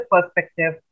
perspective